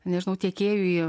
nežinau tiekėjui